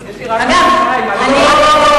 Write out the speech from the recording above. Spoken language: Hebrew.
הנה הוא.